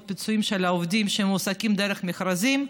הפיצויים של העובדים שמועסקים דרך מכרזים,